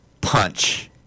punch